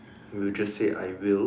you just said I will